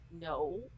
No